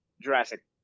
Jurassic